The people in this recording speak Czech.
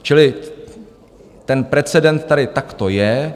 Čili ten precedent tady takto je.